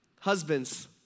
husbands